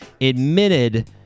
admitted